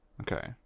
Okay